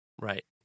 right